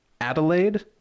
Adelaide